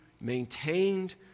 maintained